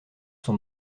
son